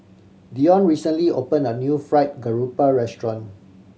Dionne recently opened a new Fried Garoupa restaurant